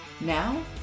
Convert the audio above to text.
now